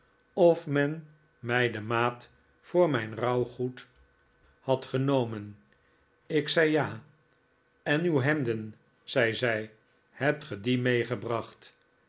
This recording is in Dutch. of men mij de maat voor mijn rouwgoed had genomen ik zei ja en uw hemden zei zij hebt ge die meegebracht